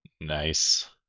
Nice